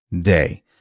day